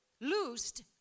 loosed